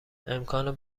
امکان